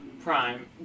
Prime